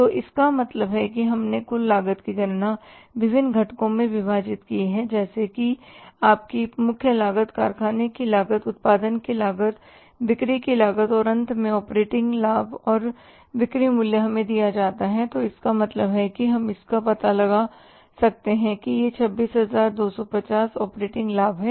तो इसका मतलब है कि हमने कुल लागत की गणना विभिन्न घटकों में विभाजित की है जैसे कि आपकी मुख्य लागत कारखाने की लागत उत्पादन की लागत बिक्री की लागत और अंत में ऑपरेटिंग लाभ और बिक्री मूल्य हमें दिया जाता है तो इसका मतलब है कि हम इसका पता लगा सकते हैं यह 26250 ऑपरेटिंगलाभ है